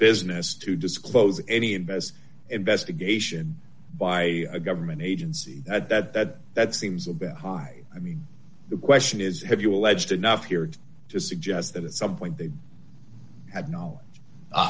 business to disclose any investor investigation by a government agency at that that seems a bit high i mean the question is have you alleged enough here to suggest that at some point they have no